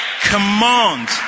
Command